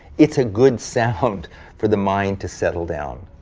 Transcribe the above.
it's a good sound for the mind to settle down.